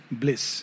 bliss